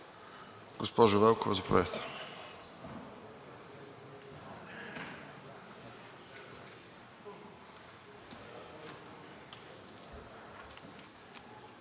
Госпожо Велкова, заповядайте.